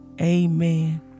Amen